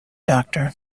doctor